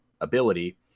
ability